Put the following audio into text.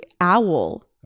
owl